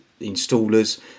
installers